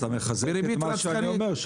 אז אתה מחזק את מה שאני אומר,